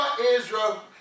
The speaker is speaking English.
Israel